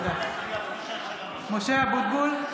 (קוראת בשמות חברי הכנסת) משה אבוטבול,